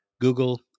Google